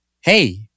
Hey